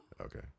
okay